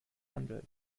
handelt